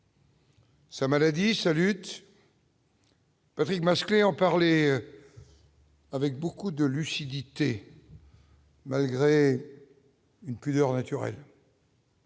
Sa maladie, sa lutte. Patrick Masclet en parler avec beaucoup de lucidité. Malgré une plusieurs naturel.